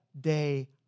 day